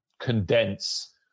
Condense